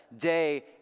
day